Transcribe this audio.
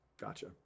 Gotcha